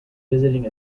visiting